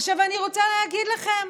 עכשיו אני רוצה להגיד לכם,